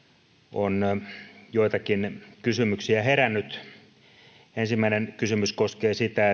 on joitakin kysymyksiä herännyt ensimmäinen kysymys koskee sitä